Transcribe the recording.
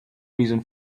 reason